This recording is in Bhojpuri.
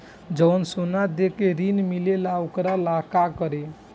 जवन सोना दे के ऋण मिलेला वोकरा ला का करी?